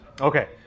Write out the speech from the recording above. Okay